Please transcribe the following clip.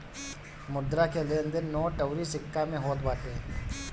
मुद्रा के लेन देन नोट अउरी सिक्का में होत बाटे